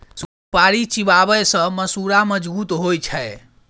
सुपारी चिबाबै सँ मसुरा मजगुत होइ छै